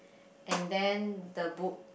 and then the book